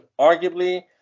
arguably